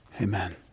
Amen